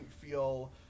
feel